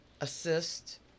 assist